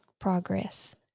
progress